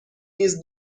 نیز